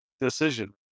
decision